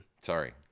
Sorry